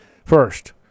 First